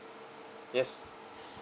yes